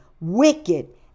wicked